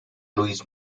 luis